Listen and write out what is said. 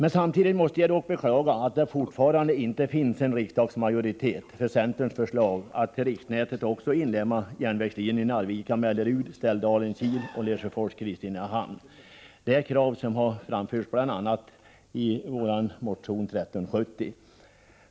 Samtidigt måste jag dock beklaga att det fortfarande inte finns en riksdagsmajoritet för centerns förslag att i riksnätet också inlemma järnvägslinjerna Arvika-Mellerud, Ställdalen-Kil och Lesjöfors-Kristinehamn. Det ta är krav som har framförts bl.a. i vår motion 1370.